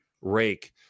rake